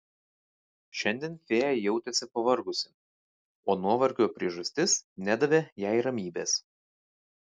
šiandien fėja jautėsi pavargusi o nuovargio priežastis nedavė jai ramybės